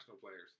players